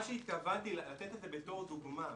מה שהתכוונתי הוא לתת את זה בתור דוגמה.